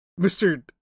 Mr